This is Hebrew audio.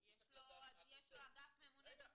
הוא צריך לדעת -- יש לו אגף ממונה ביטוח.